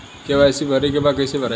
KYC भरे के बा कइसे भराई?